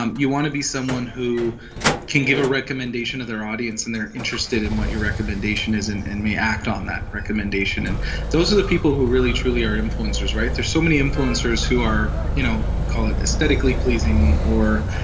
um you want to be someone who can give a recommendation to their audience, and they're interested in what your recommendation is and may act on that recommendation. and those are the people who really, truly are influencers, right? there's so many influencers who are, you know, call it aesthetically pleasing or,